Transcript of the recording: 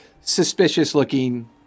suspicious-looking